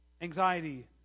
Anxiety